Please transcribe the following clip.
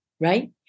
right